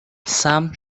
sam